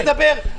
תן לי לדבר.